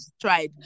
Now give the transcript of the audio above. tried